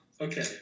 Okay